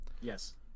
Yes